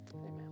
amen